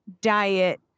diet